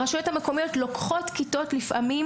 הרשויות המקומיות לוקחות כיתות לפעמים